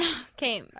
Okay